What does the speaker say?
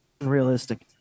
unrealistic